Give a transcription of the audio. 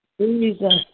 Jesus